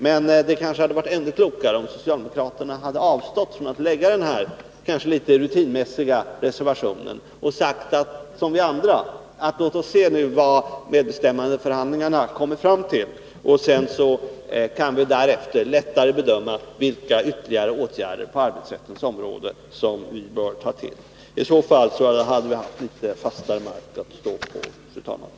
Men det kanske hade varit ännu klokare, om socialdemokraterna hade avstått från att lägga fram den här litet rutinmässiga reservationen och i stället sagt som vi andra: Låt oss nu se vad medbestämmandeförhandlingarna leder till, så kan vi därefter lättare bedöma vilka åtgärder på arbetsrättens område vi bör ta till. I så fall hade vi haft litet fastare mark att stå på.